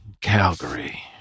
calgary